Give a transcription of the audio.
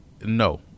No